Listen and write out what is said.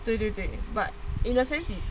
对对对 but in a sense